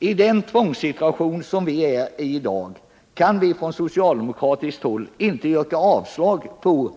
I den tvångssituation som vi i dag befinner oss i kan vi från socialdemokratiskt håll inte yrka avslag på